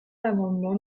l’amendement